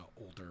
older